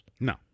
No